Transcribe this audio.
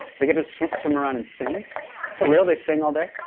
they get to swim swim around and sing? yeah for real they sing all day?